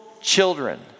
children